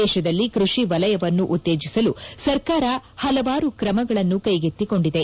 ದೇಶದಲ್ಲಿ ಕೃಷಿ ವಲಯವನ್ನು ಉತ್ತೇಜಿಸಲು ಸರ್ಕಾರ ಹಲವಾರು ಕ್ರಮಗಳನ್ನು ಕೈಗೆತ್ತಿಕೊಂಡಿದೆ